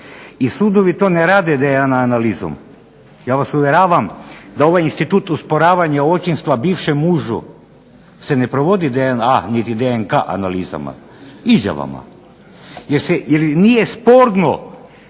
i sudovi to ne rade DNA analizom. Ja vas uvjeravam da ovaj institut osporavanja očinstva bivšem mužu se ne provodi DNA niti DNK analizama, izjavama. Jer nije sporno